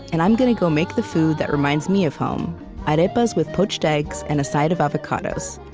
and i'm going go make the food that reminds me of home arepas with poached eggs and a side of avocados.